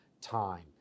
time